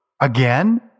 Again